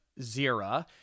Zira